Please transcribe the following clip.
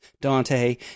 Dante